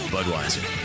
Budweiser